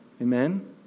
Amen